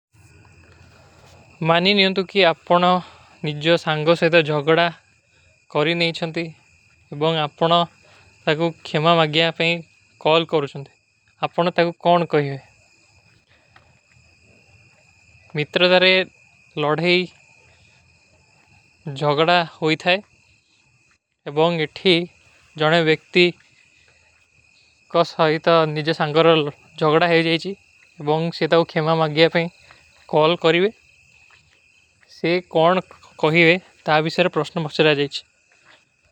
ମାନୀ ନିଯଂତୁ କି ଆପନୋ ନିଜ୍ଜୋ ସାଂଗୋ ସେଥା ଜଗଡା କରୀ ନହୀଂ ଚଂତୀ, ଏବଂଗ ଆପନୋ ତାକୋ ଖେମା ମାଗ୍ଯା ପେଂ କଲ କରୂ ଚଂତୀ। ଆପନୋ ତାକୋ କୌନ କହିଏ। ମିତ୍ର ଦାରେ ଲଡହୀ ଜଗଡା ହୋଈ ଥାଏ, ଏବଂଗ ଇଠୀ ଜାନେ ଵେକ୍ତୀ କସ ହାଈ ତା ନିଜ୍ଜୋ ସାଂଗୋରଲ ଜଗଡା ହୈ ଜାଈଚୀ, ଏବଂଗ ସେଥା ଉଖେମା ମାଗ୍ଯା ପେଂ କଲ କରୀଵେ, ସେ କୌନ କହିଏ ତା ବିସର ପ୍ରସ୍ଣ ମଚ୍ଚରା ଜାଈଚୀ।